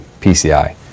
PCI